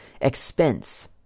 Expense